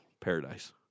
paradise